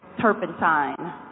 turpentine